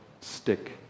stick